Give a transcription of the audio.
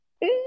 Hey